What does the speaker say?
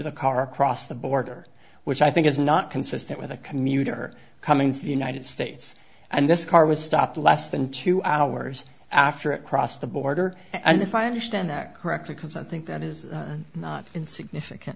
the car across the border which i think is not consistent with a commuter coming to the united states and this car was stopped less than two hours after it crossed the border and if i understand that correctly because i think that is not insignificant